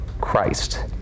Christ